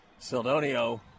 Seldonio